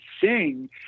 sing